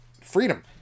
freedom